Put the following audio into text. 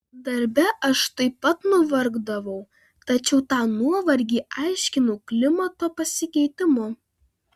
darbe aš taip pat nuvargdavau tačiau tą nuovargį aiškinau klimato pasikeitimu